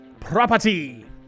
property